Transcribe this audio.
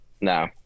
no